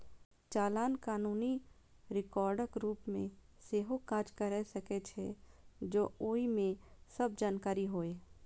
चालान कानूनी रिकॉर्डक रूप मे सेहो काज कैर सकै छै, जौं ओइ मे सब जानकारी होय